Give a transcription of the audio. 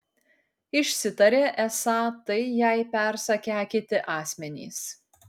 išsitarė esą tai jai persakę kiti asmenys